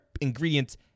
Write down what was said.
ingredients